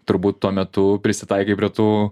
turbūt tuo metu prisitaikai prie tų